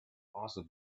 also